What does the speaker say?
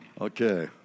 Okay